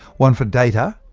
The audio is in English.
one for data,